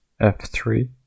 F3